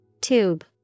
Tube